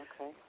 okay